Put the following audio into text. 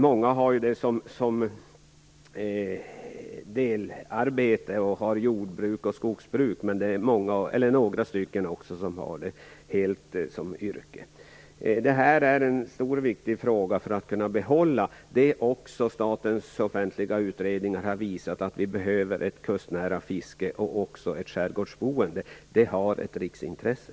Många har ju det som deltidsarbete och har jordbruk och skogsbruk också, men några har det helt som yrke. Detta är en stor och viktig fråga för att vi skall kunna behålla det Statens offentliga utredningar har visat att vi behöver, nämligen ett kustnära fiske och ett skärgårdsboende. Det har ett riksintresse.